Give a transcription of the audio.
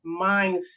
mindset